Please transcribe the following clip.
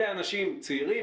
אלה אנשים צעירים.